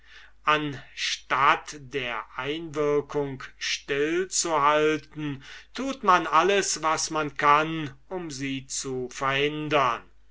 anstatt der einwirkung still zu halten tut man alles was man kann um sie zu verhindern